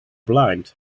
blind